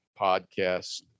podcast